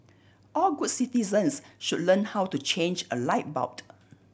all good citizens should learn how to change a light bult